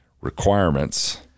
requirements